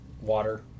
water